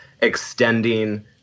extending